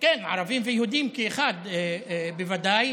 ערבים ויהודים כאחד, בוודאי.